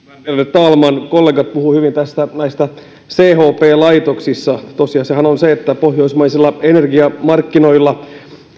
talman kollegat puhuivat hyvin näistä chp laitoksista tosiasiahan on se että pohjoismaisilla energiamarkkinoilla